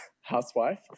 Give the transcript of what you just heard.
housewife